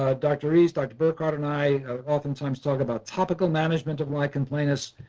dr. rees, dr. burkhardt and i oftentimes talk about topical management of lichen planus.